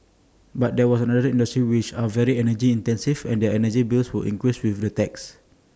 but there were other industries which are very energy intensive and their energy bills would increase with the tax